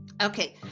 Okay